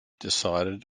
decided